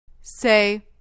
Say